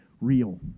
real